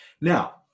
Now